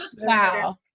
Wow